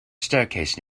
staircase